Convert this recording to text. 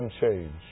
change